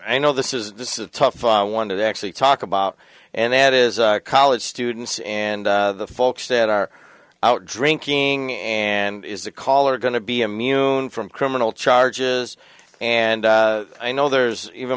i know this is this is a tough one to actually talk about and that is college students and the folks that are out drinking and is the caller going to be me alone from criminal charges and i know there's even